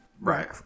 right